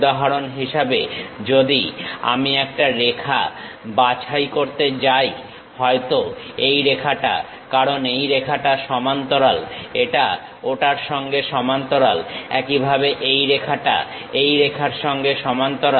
উদাহরণ হিসেবে যদি আমি একটা রেখা বাছাই করতে যাই হয়তো এই রেখাটা কারণ এই রেখাটা সমান্তরাল এটা ওটার সঙ্গে সমান্তরাল একইভাবে এই রেখাটা এই রেখার সঙ্গে সমান্তরাল